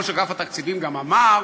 ראש אגף התקציבים גם אמר,